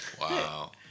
Wow